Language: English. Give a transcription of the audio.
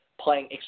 playing